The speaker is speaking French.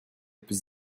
plus